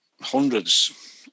hundreds